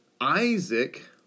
Isaac